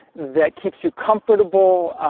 that keeps you comfortable.